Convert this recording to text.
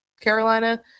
Carolina